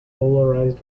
polarized